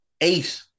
Eight